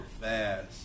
fast